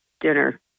dinner